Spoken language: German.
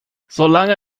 solange